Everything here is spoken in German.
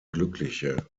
glückliche